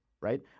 Right